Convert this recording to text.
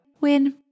Win